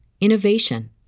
innovation